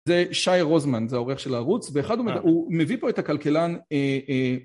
זה שי רוזמן, זה העורך של הערוץ, הוא מביא פה את הכלכלן